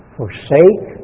forsake